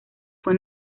fue